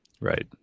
right